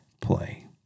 play